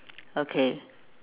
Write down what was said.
okay